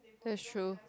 that's true